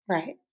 Right